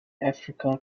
africa